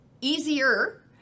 easier